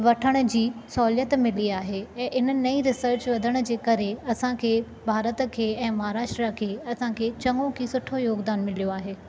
वठण जी सहूलियत मिली आहे ऐं इन नईं रिसर्च वधण जे करे असांखे भारत खे ऐं महाराष्ट्रा खे असांखे चङो की सुठो योगदानु मिलियो आहे